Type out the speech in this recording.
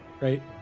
right